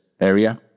area